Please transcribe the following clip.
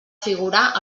figurar